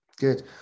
Good